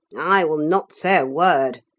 i will not say a word.